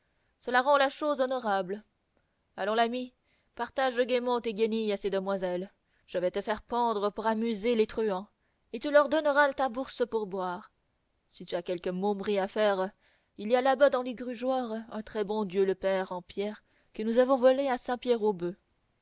cela rend la chose honorable allons l'ami partage gaiement tes guenilles à ces demoiselles je vais te faire pendre pour amuser les truands et tu leur donneras ta bourse pour boire si tu as quelque momerie à faire il y a là-bas dans l'égrugeoir un très bon dieu le père en pierre que nous avons volé à